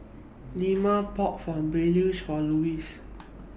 Leoma bought Pulao For Lois